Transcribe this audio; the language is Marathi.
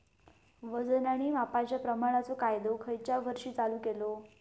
वजन आणि मापांच्या प्रमाणाचो कायदो खयच्या वर्षी चालू केलो?